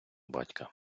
батька